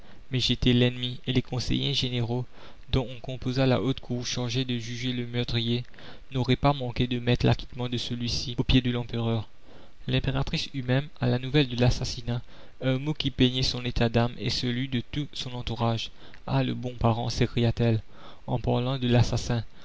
mais j'étais l'ennemi et les conseillers généraux dont on composa la haute cour chargée de juger le meurtrier n'auraient pas manqué de mettre l'acquittement de celui-ci aux pieds de l'empereur l'impératrice eut même à la nouvelle de l'assassinat un mot qui peignait son état d'âme et celui de tout son entourage ah le bon parent s'écria-t-elle en parlant de l'assassin